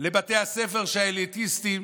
לבתי הספר של האליטיסטים,